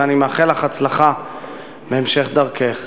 ואני מאחל לך הצלחה בהמשך דרכך.